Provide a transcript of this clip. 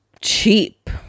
Cheap